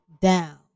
down